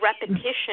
repetition